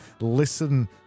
Listen